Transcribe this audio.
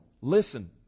listen